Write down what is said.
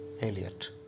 Eliot